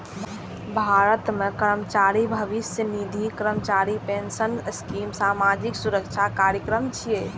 भारत मे कर्मचारी भविष्य निधि, कर्मचारी पेंशन स्कीम सामाजिक सुरक्षा कार्यक्रम छियै